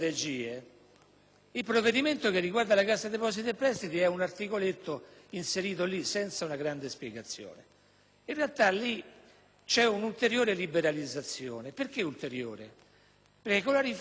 il provvedimento che riguarda la Cassa depositi e prestiti è un articoletto inserito senza grandi spiegazioni. In realtà si tratta di un'ulteriore liberalizzazione; ulteriore perché, già con la riforma